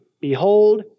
Behold